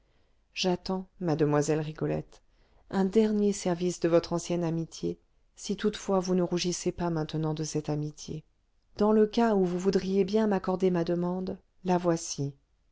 j'attends mademoiselle rigolette un dernier service de votre ancienne amitié si toutefois vous ne rougissez pas maintenant de cette amitié dans le cas où vous voudriez bien m'accorder ma demande la voici